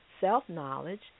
self-knowledge